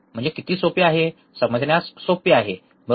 म्हणजे किती सोपे समजण्यास सोपे बरोबर